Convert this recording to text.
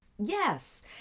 Yes